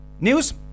News